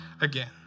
again